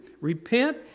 Repent